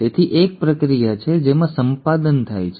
તેથી એક પ્રક્રિયા છે જેમાં સંપાદન થાય છે